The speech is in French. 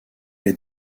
est